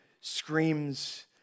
screams